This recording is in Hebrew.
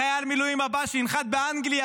חייל המילואים הבא שינחת באנגליה,